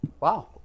Wow